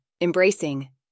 embracing